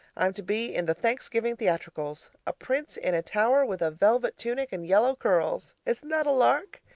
i'm to be in the thanksgiving theatricals. a prince in a tower with a velvet tunic and yellow curls. isn't that a lark?